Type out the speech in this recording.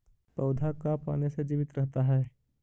पौधा का पाने से जीवित रहता है?